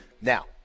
Now